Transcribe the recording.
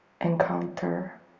encounter